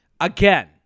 again